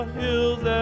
hills